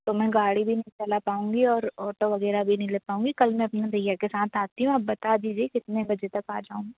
तो मैं गाड़ी भी नहीं चला पाऊँगी और औटो वग़ैरह भी नहीं ले पाऊँगी कल मैं अपने भैया के साथ आती हूँ अप बता दीजिए कितने बजे तक आ जाऊँ